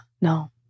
No